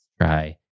Try